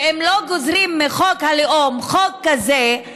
ואם לא גוזרים מחוק הלאום חוק כזה,